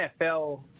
NFL